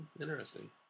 Interesting